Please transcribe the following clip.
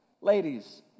Ladies